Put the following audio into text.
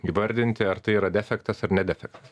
įvardinti ar tai yra defektas ar ne defektas